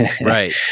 Right